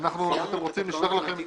אם אתם רוצים, נשלח לכם.